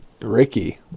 Ricky